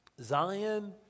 Zion